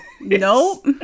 Nope